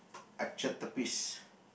archetypes